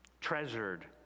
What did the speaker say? treasured